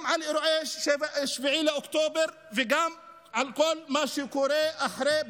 גם על אירועי 7 באוקטובר וגם על כל מה שקורה אחרי,